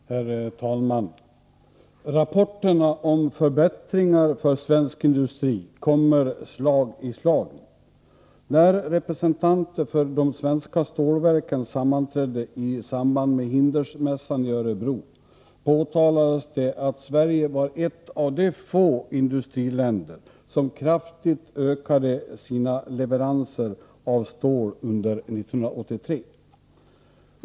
Herr talman! Rapporterna om förbättringar för svensk industri kommer nu slag i slag. När representanter för de svenska stålverken sammanträdde i samband med Hindersmässan i Örebro, framhölls det att Sverige var ett av de få industriländer som kraftigt ökade sina leveranser av stål under 1983.